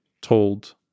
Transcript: told